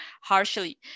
harshly